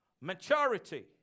maturity